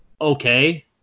okay